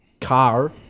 Car